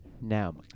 Now